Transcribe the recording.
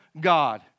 God